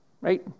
Right